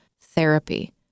therapy